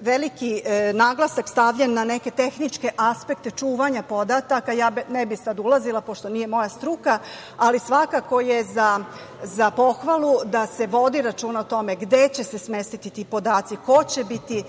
veliki naglasak stavljen na neke tehničke aspekte čuvanja podataka, ja ne bih sada ulazila, pošto nije moja struka, ali svakako je za pohvalu da se vodi računa o tome gde će se smestiti ti podaci, ko će biti